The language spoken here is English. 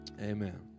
Amen